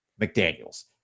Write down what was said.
McDaniel's